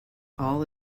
all